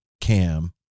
Cam